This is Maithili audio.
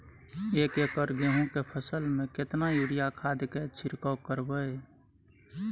एक एकर गेहूँ के फसल में केतना यूरिया खाद के छिरकाव करबैई?